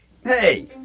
Hey